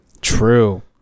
True